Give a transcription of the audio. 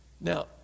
Now